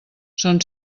són